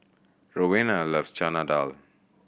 Rowena loves Chana Dal